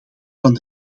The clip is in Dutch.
van